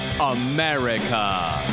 America